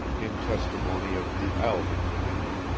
in testimony of the alvan dominion,